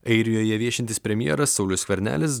airijoje viešintis premjeras saulius skvernelis